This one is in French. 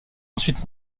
ensuite